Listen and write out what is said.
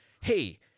hey